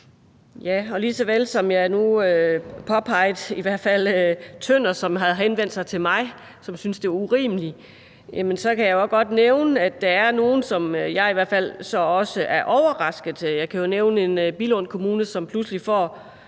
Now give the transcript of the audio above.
(V): Lige såvel som jeg påpegede det i forhold til Tønder, som havde henvendt sig til mig, og som synes det er urimeligt, kan jeg nævne, at der er nogle, som jeg i hvert fald så også er overraskede over, og jeg kan nævne Billund Kommune, som pludselig får